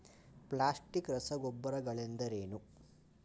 Plastic ರಸಗೊಬ್ಬರಗಳೆಂದರೇನು?